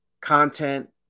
content